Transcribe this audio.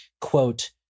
quote